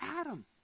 Adam